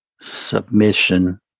submission